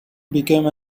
became